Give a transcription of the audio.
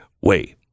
wait